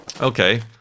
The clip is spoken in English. Okay